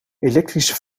elektrische